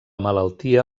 malaltia